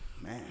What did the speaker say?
Man